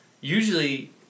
Usually